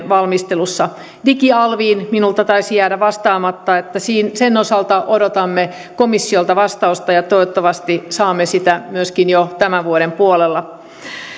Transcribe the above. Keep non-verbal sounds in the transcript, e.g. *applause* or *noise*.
*unintelligible* valmistelussa digialviin minulta taisi jäädä vastaamatta sen osalta odotamme komissiolta vastausta ja toivottavasti saamme sitä myöskin jo tämän vuoden puolella